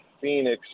Phoenix